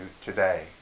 today